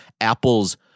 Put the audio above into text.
Apple's